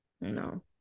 No